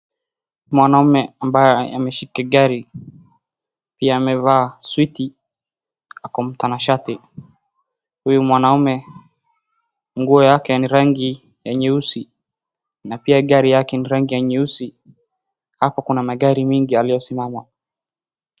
Mwanaume ambaye ameshika gari pia amevaa suti ako mtanashati .Huyu mwanume nguo yake ni rangi ya nyeusi na pia gari yake ni rangi ya nyeusi. Hapo kuna magari mingi yaliyosimama .